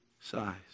size